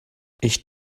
ich